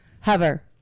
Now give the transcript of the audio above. hover